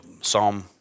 Psalm